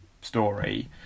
story